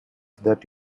that